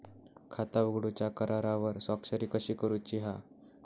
खाता उघडूच्या करारावर स्वाक्षरी कशी करूची हा?